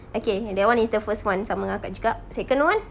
okay that [one] is the first one sama dengan akak juga second one